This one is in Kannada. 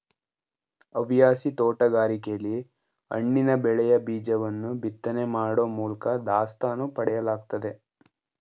ಹವ್ಯಾಸಿ ತೋಟಗಾರಿಕೆಲಿ ಹಣ್ಣಿನ ಬೆಳೆಯ ಬೀಜವನ್ನು ಬಿತ್ತನೆ ಮಾಡೋ ಮೂಲ್ಕ ದಾಸ್ತಾನು ಪಡೆಯಲಾಗ್ತದೆ